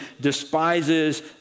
despises